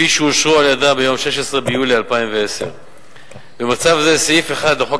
שאושרו על-ידיה ביום 16 ביולי 2010. במצב זה סעיף 1 לחוק